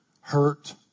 hurt